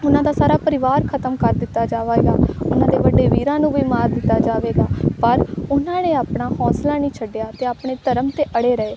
ਉਹਨਾਂ ਦਾ ਸਾਰਾ ਪਰਿਵਾਰ ਖ਼ਤਮ ਕਰ ਦਿੱਤਾ ਜਾਵੇਗਾ ਉਹਨਾਂ ਦੇ ਵੱਡੇ ਵੀਰਾਂ ਨੂੰ ਵੀ ਮਾਰ ਦਿੱਤਾ ਜਾਵੇਗਾ ਪਰ ਉਹਨਾਂ ਨੇ ਆਪਣਾ ਹੌਂਸਲਾ ਨਹੀਂ ਛੱਡਿਆ ਅਤੇ ਆਪਣੇ ਧਰਮ 'ਤੇ ਅੜ੍ਹੇ ਰਹੇ